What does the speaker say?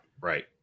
Right